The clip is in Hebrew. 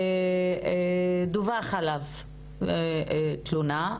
דווחה עליו תלונה,